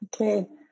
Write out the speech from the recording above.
Okay